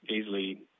easily